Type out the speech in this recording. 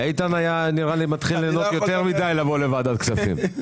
נראה לי שאיתן מתחיל ליהנות יותר מדי לבוא לוועדת הכספים.